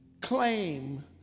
claim